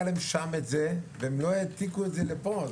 להם שם את זה והם לא העתיקו את זה לפה.